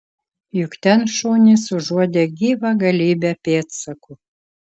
juk ten šunys užuodė gyvą galybę pėdsakų